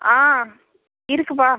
ஆ இருக்குப்பா